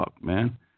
Man